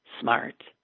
smart